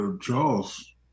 Charles